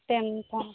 ᱴᱷᱮᱱ ᱠᱷᱚᱱ